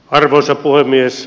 arvoisa puhemies